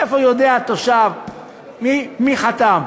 מאיפה יודע תושב מי חתם?